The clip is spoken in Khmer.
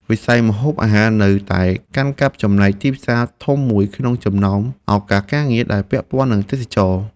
វិស័យម្ហូបអាហារនៅតែកាន់កាប់ចំណែកទីផ្សារធំមួយក្នុងចំណោមឱកាសការងារដែលពាក់ព័ន្ធនឹងទេសចរណ៍។